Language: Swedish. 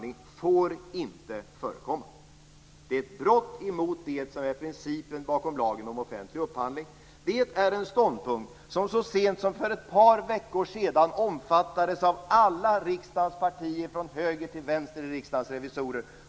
Det är ett brott mot principen bakom lagen om offentlig upphandling. Det är en ståndpunkt som så sent som för ett par veckor sedan omfattades av alla riksdagens partier i Riksdagens revisorer, från höger till vänster.